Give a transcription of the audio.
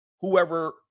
whoever